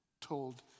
told